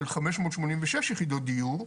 של חמש מאות שמונים ושש יחידות דיור,